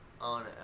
on